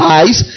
eyes